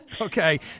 Okay